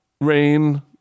rain